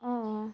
অঁ অঁ